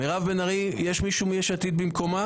מירב בן ארי, יש מישהו מ-יש עתיד במקומה?